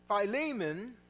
Philemon